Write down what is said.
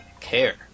care